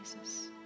Jesus